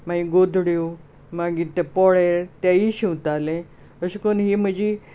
मागीर गोदड्यो मागीर ते पोळेर तेंयी शिंवतालें अशें करून ही म्हजी